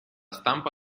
stampa